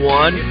one